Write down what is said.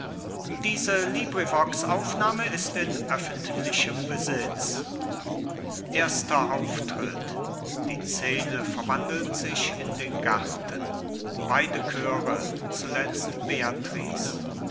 dritter aufzug die scene verwandelt sich in den garten erster auftritt beide chöre zuletzt